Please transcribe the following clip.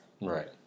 Right